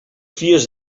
fies